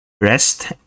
rest